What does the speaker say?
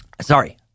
Sorry